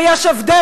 ויש הבדל,